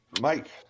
Mike